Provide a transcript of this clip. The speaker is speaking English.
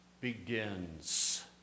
begins